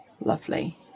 Lovely